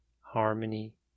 Harmony